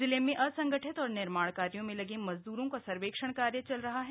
जिले में असंगठित और निर्माण कार्यो में लगे मजद्रों का सर्वेक्षण कार्य चल रहा है